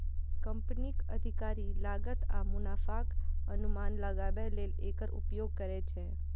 कंपनीक अधिकारी लागत आ मुनाफाक अनुमान लगाबै लेल एकर उपयोग करै छै